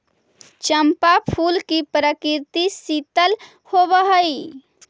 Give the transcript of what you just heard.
चंपा फूल की प्रकृति शीतल होवअ हई